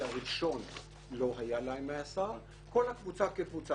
הראשון לא היה לו מאסר כל הקבוצה כקבוצה.